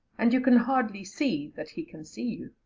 and you can hardly see that he can see you.